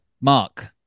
Mark